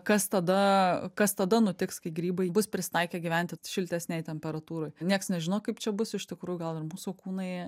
kas tada kas tada nutiks kai grybai bus prisitaikę gyventi šiltesnėj temperatūroj niekas nežino kaip čia bus iš tikrųjų gal ir mūsų kūnai